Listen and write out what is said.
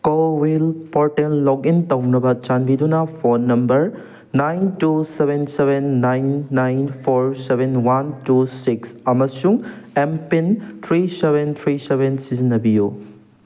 ꯀꯣ will portal login ꯇꯧꯅꯕ ꯆꯥꯟꯕꯤꯗꯨꯅ phone number nine two seven seven nine nine four seven one two six ꯑꯃꯁꯨꯡ M PIN three seven three seven ꯁꯤꯖꯤꯟꯅꯕꯤꯌꯨ